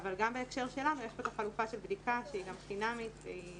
אבל גם בהקשר שלנו יש פה את החלופה של בדיקה שהיא גם חינמית והיא